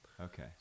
Okay